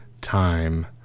time